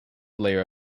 layer